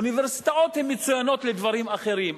אוניברסיטאות הן מצוינות לדברים אחרים,